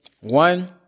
one